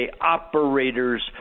operators